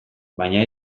baina